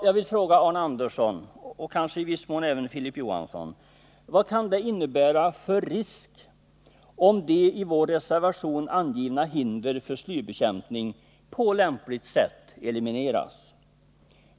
Jag vill fråga Arne Andersson och kanske även Filip Johansson: Vilken risk kan det innebära om de i vår reservation angivna hindren för slybekämpning på lämpligt sätt elimineras?